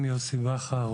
יוסי בכר,